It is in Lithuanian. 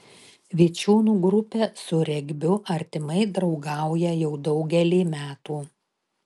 vičiūnų grupė su regbiu artimai draugauja jau daugelį metų